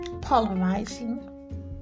polarizing